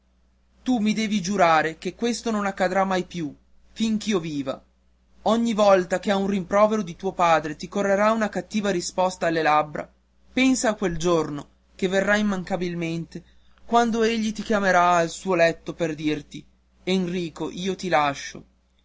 tu mi devi giurare che questo non accadrà mai più fin ch'io viva ogni volta che a un rimprovero di tuo padre ti correrà una cattiva risposta alle labbra pensa a quel giorno che verrà immancabilmente quando egli ti chiamerà al suo letto per dirti enrico io ti lascio